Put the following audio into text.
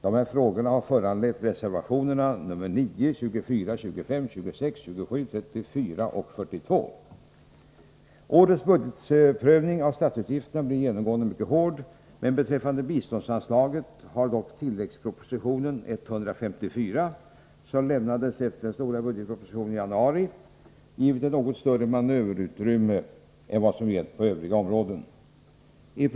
Dessa frågor har föranlett reservationerna 9, 24, 25, 26, 27, 34 och 42. Årets budgetprövning av statsutgifterna blev genomgående mycket hård men beträffande biståndsanslagen har dock tilläggsproposition 154, som lämnades efter den stora budgetpropositionen i januari, givit ett något större manöverutrymme än vad som gällt övriga områden.